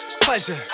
pleasure